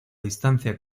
distancia